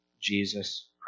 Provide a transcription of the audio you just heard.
Jesus